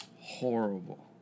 horrible